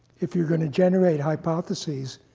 if you're going to generate hypotheses,